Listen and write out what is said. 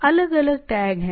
अलग अलग टैग हैं